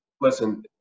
listen